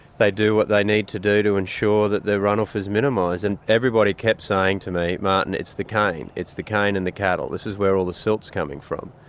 they do what they need to do to ensure that the runoff in minimised. and everybody kept saying to me, martin it's the cane. it's the cane and the cattle, this is where all the silt's coming from.